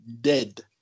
dead